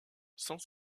sans